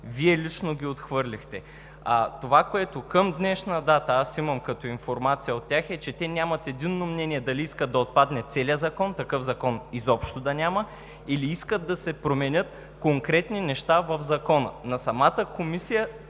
Вие лично ги отхвърлихте. Това, което към днешна дата имам като информация от тях, е, че те нямат единно мнение дали искат да отпадне целият Закон, такъв Закон изобщо да няма, или искат да се променят конкретни неща в него. На самата комисия